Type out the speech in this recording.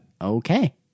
Okay